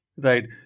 Right